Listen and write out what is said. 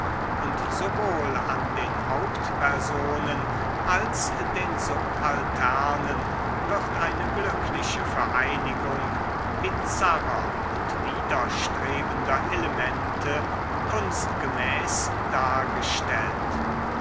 und sowohl an den hauptpersonen als den subalternen wird eine glückliche vereinigung bizarrer und widerstrebender elemente kunstgemäß dargestellt